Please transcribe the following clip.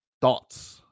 Thoughts